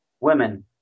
women